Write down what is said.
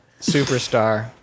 Superstar